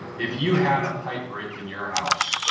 if you had a pipe break in your house,